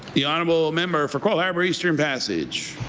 the honourable member for cole harbour eastern passage.